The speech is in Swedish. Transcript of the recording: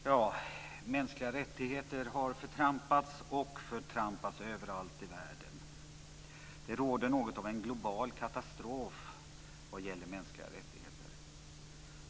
Herr talman! Mänskliga rättigheter har förtrampats och förtrampas överallt i världen. Det råder något av en global katastrof vad gäller mänskliga rättigheter.